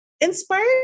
Inspired